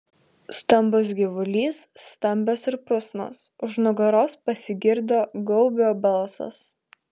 stambus gyvulys stambios ir prusnos už nugaros pasigirdo gaubio balsas